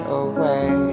away